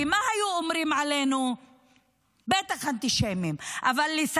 שערבים עומדים אחד לצד השני במשפחה, אם יש